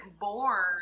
born